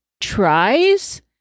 tries